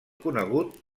conegut